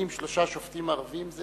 מתמנים שלושה שופטים ערבים.